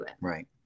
Right